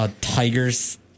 Tigers